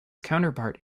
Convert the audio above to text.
counterpart